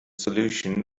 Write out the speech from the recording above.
solution